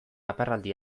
aparraldi